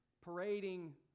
Parading